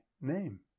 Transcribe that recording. name